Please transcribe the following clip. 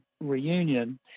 reunion